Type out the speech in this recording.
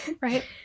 Right